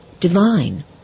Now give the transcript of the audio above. divine